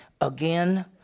again